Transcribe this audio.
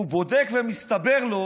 הוא בודק, ומסתבר לו